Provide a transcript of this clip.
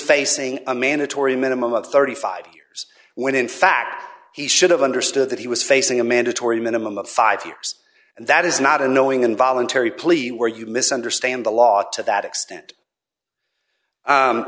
facing a mandatory minimum of thirty five years when in fact he should have understood that he was facing a mandatory minimum of five years and that is not a knowing involuntary pleading where you misunderstand a lot to that extent